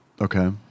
Okay